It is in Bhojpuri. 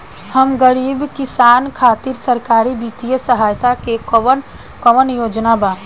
हम गरीब किसान खातिर सरकारी बितिय सहायता के कवन कवन योजना बा?